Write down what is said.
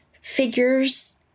figures